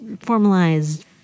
formalized